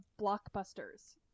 blockbusters